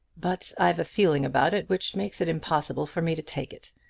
but i've a feeling about it which makes it impossible for me to take it.